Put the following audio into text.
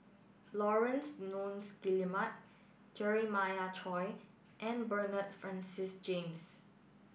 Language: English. Laurence Nunns Guillemard Jeremiah Choy and Bernard Francis James